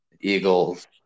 Eagles